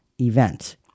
event